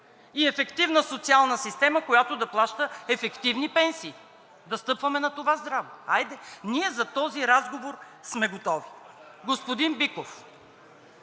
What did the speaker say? и ефективна социална система, която да плаща ефективни пенсии? Да стъпваме на това здраво. Хайде, ние за този разговор сме готови. Господин Биков,